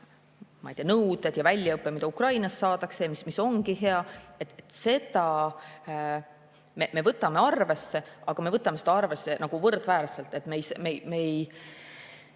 ma ei tea, nõudeid ja väljaõpet, mida Ukrainas saadakse ja mis ongi hea, me võtame arvesse, aga me võtame seda arvesse võrdväärselt. Me tõesti